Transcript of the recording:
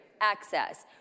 access